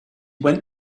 went